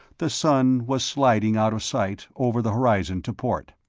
the sun was sliding out of sight over the horizon to port.